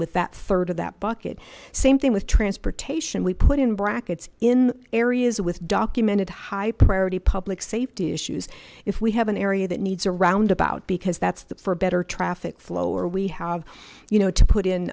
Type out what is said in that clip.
that third of that bucket same thing with transportation we put in brackets in areas with documented high priority public safety issues if we have an area that needs around about because that's the for better traffic flow or we have you know to put in